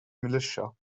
militia